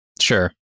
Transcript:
sure